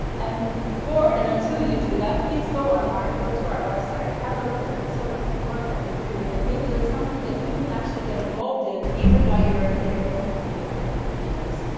and before and until you do that, please go online, go to our website, have a look at the sort of work that we do. and maybe there's something that you can actually get involved in, even while you're in your own home here in and the us.